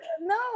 No